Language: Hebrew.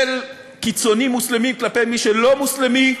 של קיצונים מוסלמים כלפי מי שאינו מוסלמי,